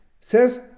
says